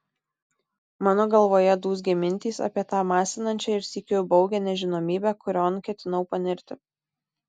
mano galvoje dūzgė mintys apie tą masinančią ir sykiu baugią nežinomybę kurion ketinau panirti